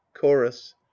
chorus